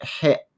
hit